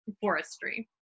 forestry